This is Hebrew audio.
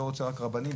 לא, הוא השר המתקין.